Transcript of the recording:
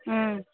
ఆ